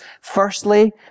Firstly